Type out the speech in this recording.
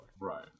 Right